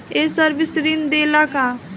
ये सर्विस ऋण देला का?